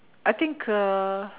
I think uh